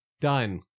Done